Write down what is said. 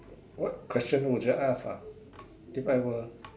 what questions would you ask ah if I were